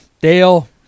Dale